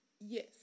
yes